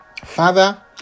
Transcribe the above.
Father